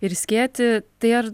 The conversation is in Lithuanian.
ir skėtį tai ar